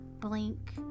blink